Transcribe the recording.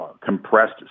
compressed